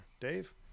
Dave